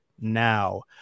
now